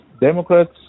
Democrats